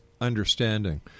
understanding